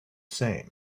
same